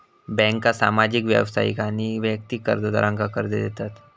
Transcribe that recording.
बँका सामान्य व्यावसायिक आणि वैयक्तिक कर्जदारांका कर्ज देतत